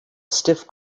stiff